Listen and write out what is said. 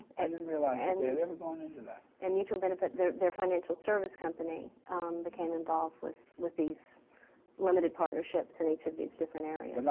i didn't realize that and they had ever gone into that. and mutual benefit, their their financial service company became involved with with these limited partnerships in each of these different areas.